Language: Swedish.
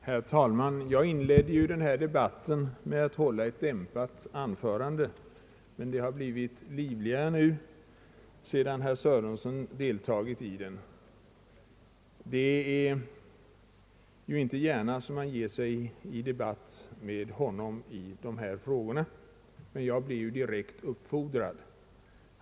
Herr talman! Jag inledde denna debatt med att hålla ett dämpat anförande, men den har blivit livligare nu sedan herr Sörenson deltagit i den. Man ger sig inte gärna in i debatt med honom i sådana här frågor, men jag blev ju direkt uppfordrad.